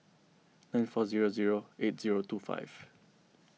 nine four zero zero eight zero two five